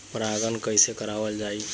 परागण कइसे करावल जाई?